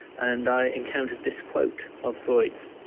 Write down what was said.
and i encountered this quote of freud's.